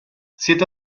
siete